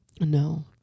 No